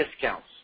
discounts